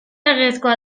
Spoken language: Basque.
legezkoa